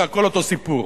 זה הכול אותו סיפור.